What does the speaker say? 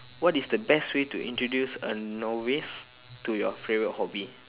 what is the best way to introduce a novice to your favorite hobby